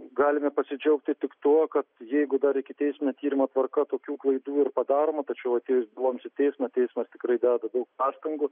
galime pasidžiaugti tik tuo kad jeigu dar ikiteisminio tyrimo tvarka tokių klaidų ir padaroma tačiau atėjus byloms į teismą teismas tikrai deda daug pastangų